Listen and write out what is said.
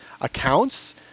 accounts